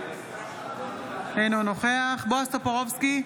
אינו נוכח בועז טופורובסקי,